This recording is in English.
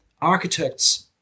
architects